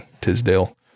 Tisdale